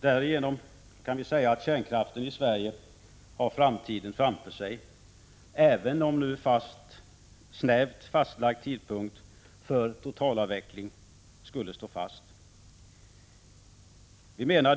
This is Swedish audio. Vi kan säga att kärnkraften i Sverige därigenom har framtiden framför sig, även om nu snävt fastlagd tidpunkt för totalavveckling skulle stå fast.